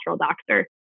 doctor